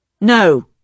No